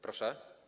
Proszę?